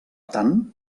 tant